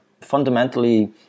fundamentally